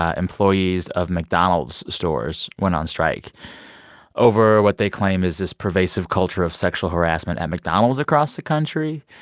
ah employees of mcdonald's stores went on strike over what they claim is this pervasive culture of sexual harassment at mcdonald's across the country.